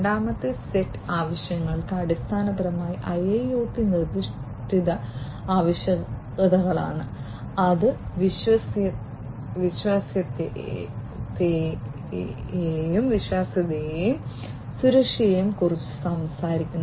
രണ്ടാമത്തെ സെറ്റ് ആവശ്യകതകൾ അടിസ്ഥാനപരമായി IIoT നിർദ്ദിഷ്ട ആവശ്യകതകളാണ് അത് വിശ്വാസ്യതയെയും സുരക്ഷയെയും കുറിച്ച് സംസാരിക്കുന്നു